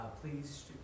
Please